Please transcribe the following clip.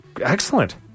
Excellent